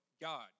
God